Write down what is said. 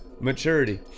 maturity